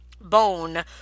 Bone